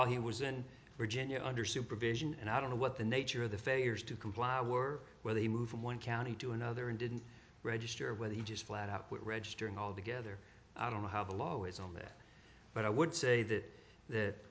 while he was in virginia under supervision and i don't know what the nature of the failures to comply were where they moved from one county to another and didn't register whether he just flat out what registering altogether i don't know how the law is on that but i would say that that